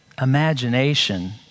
imagination